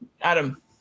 adam